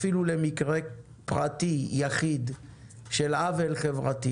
אפילו למקרה פרטי יחיד של עוול חברתי